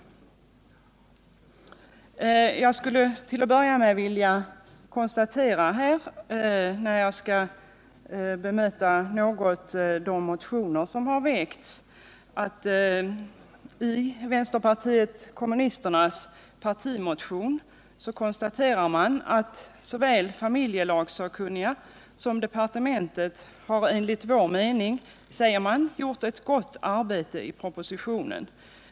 Närjag i någon mån skall bemöta de motioner som har väckts i detta ärende skulle jag vilja börja med att notera att vänsterpartiet kommunisterna i sin partimotion konstaterar att såväl familjelagssakkunniga som departementet ”enligt vår mening gjort ett gott arbete i propositionen.